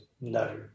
no